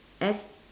S